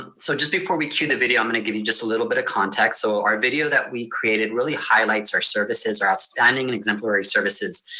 and so just before we cue the video, i'm going to give you just a little bit of context. so our video that we created really highlights our services, our outstanding and exemplary services,